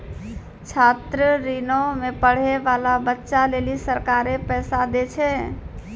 छात्र ऋणो मे पढ़ै बाला बच्चा लेली सरकारें पैसा दै छै